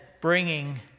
bringing